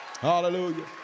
Hallelujah